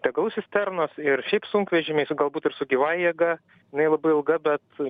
degalų cisternos ir šiaip sunkvežimiai su galbūt ir su gyvąja jėga jinai labai ilga bet